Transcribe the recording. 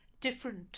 different